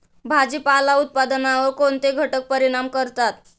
भाजीपाला उत्पादनावर कोणते घटक परिणाम करतात?